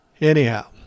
Anyhow